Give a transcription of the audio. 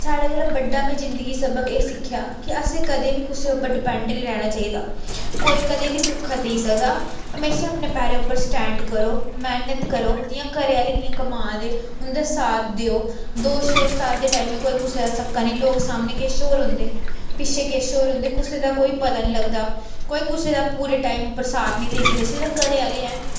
साढ़े कोला बड्डा में जिंदगी सबक एह् सिक्खेआ कि असें कदें बी कुसै उप्पर डिपैंड नी रैह्ना चाहिदा कोई कदें बी धोखा देई सकदा म्हेशां अपने पैरें उप्पर स्टैंड करो मैह्नत करो जियां घरै आह्लें कियां कमा दे उं'दा साथ देओ दोस्त शोस्त अज्ज दे टाइम कोई कुसै दा सक्का नी लोग सामनै किश होर होंदे पिच्छें किश होर होंदे कुसै दा कोई पता नी लगदा कोई कुसै दा पूरे टाइम उप्पर साथ नेईं देई सकदा सिद्धा घरै आह्ले ऐ